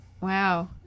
Wow